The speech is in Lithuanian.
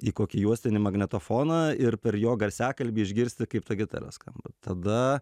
į kokį juostinį magnetofoną ir per jo garsiakalbį išgirsti kaip ta gitara skamba tada